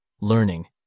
learning